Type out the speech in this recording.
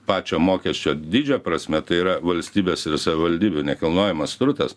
pačio mokesčio dydžio prasme tai yra valstybės ir savivaldybių nekilnojamas turtas